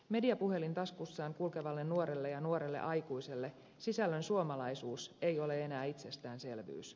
mediapuhelin taskussaan kulkevalle nuorelle ja nuorelle aikuiselle sisällön suomalaisuus ei ole enää itsestäänselvyys